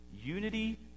Unity